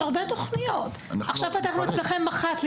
יש הרבה תוכניות, עכשיו פתחנו את אצלכם אחת.